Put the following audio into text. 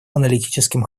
аналитическим